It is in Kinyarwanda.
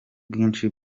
bwinshi